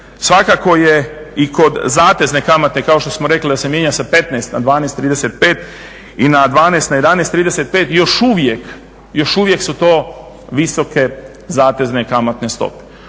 svakako je i kod zatezne kamate kao što smo i rekli da se mijenja sa 15 na 12,35 i na 12, na 11,35 još uvijek, još uvijek su to visoke zatezne kamatne stope.